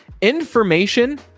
Information